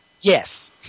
Yes